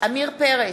עמיר פרץ,